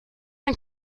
ein